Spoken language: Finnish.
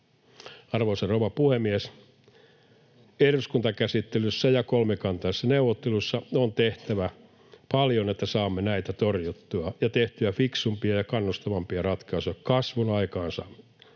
Arvoisa rouva puhemies! Eduskuntakäsittelyssä ja kolmikantaisissa neuvotteluissa on tehtävä paljon, että saamme näitä torjuttua ja tehtyä fiksumpia ja kannustavampia ratkaisuja kasvun aikaan